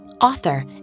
author